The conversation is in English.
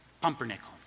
pumpernickel